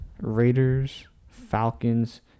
Raiders-Falcons